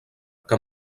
que